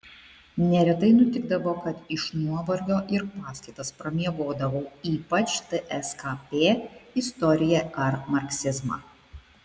neretai nutikdavo kad iš nuovargio ir paskaitas pramiegodavau ypač tskp istoriją ar marksizmą